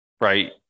right